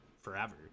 forever